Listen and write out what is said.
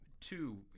Two